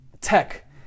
tech